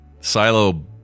Silo